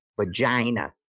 Vagina